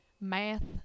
Math